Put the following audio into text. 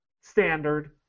standard